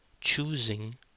choosing